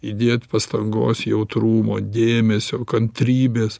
įdėti pastangos jautrumo dėmesio kantrybės